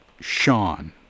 Sean